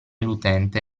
l’utente